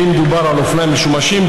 ואם דובר על אופניים משומשים,